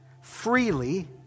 freely